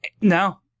No